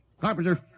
Carpenter